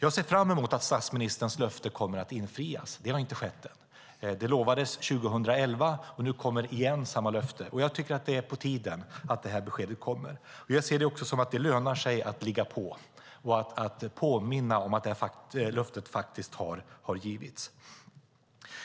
Jag ser fram emot att statsministerns löfte infrias. Det har inte skett ännu. Det lovades 2011, och nu kommer samma löfte igen. Det är på tiden att beskedet kommer. Jag anser att det lönar sig att ligga på och att påminna om att löftet har givits.